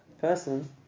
person